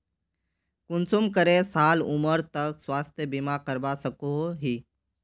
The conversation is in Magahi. कुंसम करे साल उमर तक स्वास्थ्य बीमा करवा सकोहो ही?